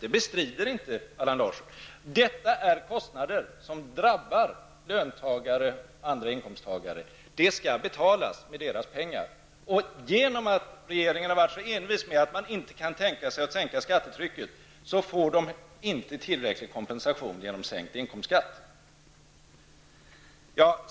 Detta bestrider inte Allan Larsson. Detta är kostnader som drabbar löntagare och andra inkomsttagare. De skall betalas med deras pengar. Genom att regeringen varit så envis med att inte kunna sänka skattetrycket får de inte tillräcklig kompensation genom sänkt inkomstskatt.